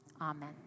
Amen